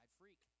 freak